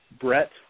brett